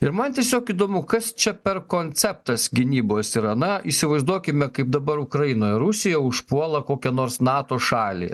ir man tiesiog įdomu kas čia per konceptas gynybos yra na įsivaizduokime kaip dabar ukrainoje rusija užpuola kokią nors nato šalį